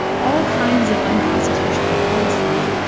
all kinds of unconstitutional policies.